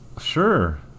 Sure